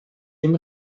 dem